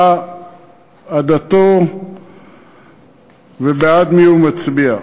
מה עדתו ובעד מי הוא מצביע.